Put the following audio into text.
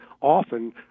often